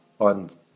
on